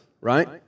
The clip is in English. right